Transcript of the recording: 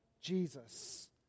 Jesus